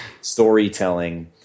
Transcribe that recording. storytelling